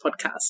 podcast